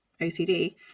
ocd